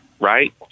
right